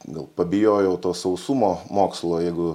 gal pabijojau to sausumo mokslo jeigu